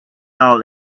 all